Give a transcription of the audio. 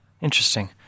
Interesting